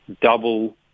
double